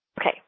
okay